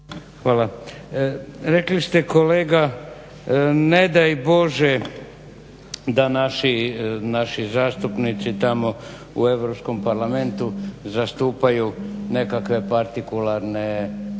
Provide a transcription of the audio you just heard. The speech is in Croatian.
Hvala. Rekli ste kolega ne daj Bože da naši zastupnici tamo u Europskom parlamentu zastupaju nekakve partikularne